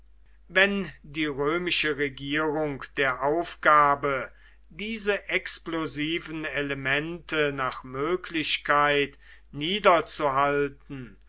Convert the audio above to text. wenn die römische regierung der aufgabe diese explosiven elemente nach möglichkeit